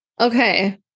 okay